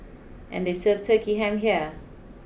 and they serve Turkey Ham here